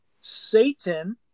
Satan